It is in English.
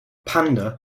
panda